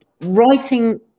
writing